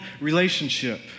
relationship